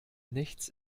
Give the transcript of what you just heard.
nichts